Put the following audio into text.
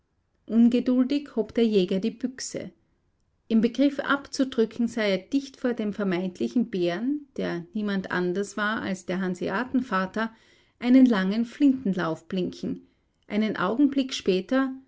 ungeduldig hob der jäger die büchse im begriff abzudrücken sah er dicht vor dem vermeintlichen bären der niemand anders war als der hanseatenvater einen langen flintenlauf blinken ein augenblick später